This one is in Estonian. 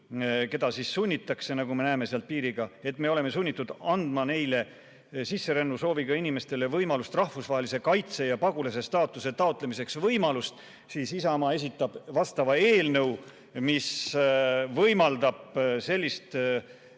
keda sunnitakse, nagu me näeme sealt piiri pealt, et me oleme sunnitud andma neile sisserännusooviga inimestele võimalust rahvusvahelise kaitse ja pagulase staatuse taotlemiseks, siis Isamaa esitab eelnõu, mis võimaldab sellist olukorda